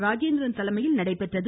ராஜேந்திரன் தலைமையில் நடைபெற்றது